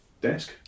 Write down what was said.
Desk